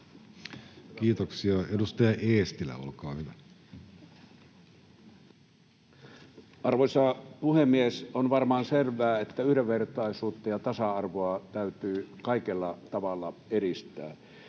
yhteiskunnassa Time: 15:22 Content: Arvoisa puhemies! On varmaan selvää, että yhdenvertaisuutta ja tasa-arvoa täytyy kaikella tavalla edistää.